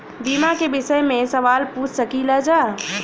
बीमा के विषय मे सवाल पूछ सकीलाजा?